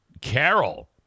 Carol